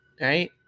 right